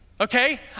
Okay